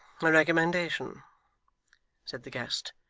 a recommendation said the guest,